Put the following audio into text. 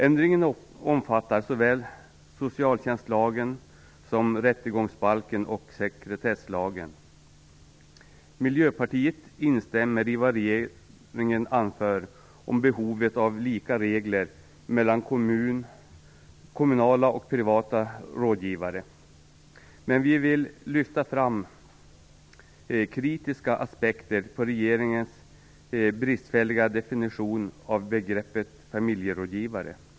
Ändringen omfattar såväl socialtjänstlagen som rättegångsbalken och sekretesslagen. Miljöpartiet instämmer i vad regeringen anfört om behovet av lika regler mellan kommunala och privata rådgivare. Men vi vill lyfta fram kritiska aspekter på regeringens bristfälliga definition av begreppet familjerådgivare.